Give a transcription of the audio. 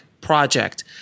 project